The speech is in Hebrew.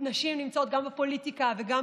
נשים נמצאות גם בפוליטיקה וגם